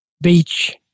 beach